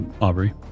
Aubrey